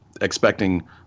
expecting